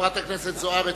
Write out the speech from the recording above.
חברת הכנסת זוארץ,